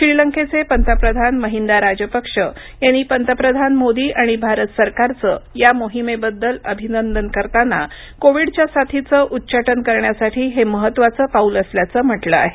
श्रीलंकेचे पंतप्रधान महिंदा राजपक्ष यांनी पंतप्रधान मोदी आणिभारत सरकारचं या मोहिमेबद्दल अभिनंदन करताना कोविडच्या साथीचं उच्चाटन करण्यासाठीहे महत्त्वाचं पाऊल असल्याचं म्हटलं आहे